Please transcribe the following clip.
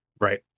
Right